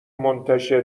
منتشر